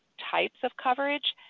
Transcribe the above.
types of coverage.